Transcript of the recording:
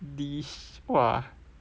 dish !wah!